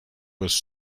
was